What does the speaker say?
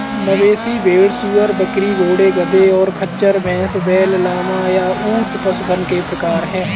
मवेशी, भेड़, सूअर, बकरी, घोड़े, गधे, और खच्चर, भैंस, बैल, लामा, या ऊंट पशुधन के प्रकार हैं